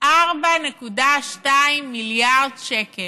4.2 מיליארד שקל,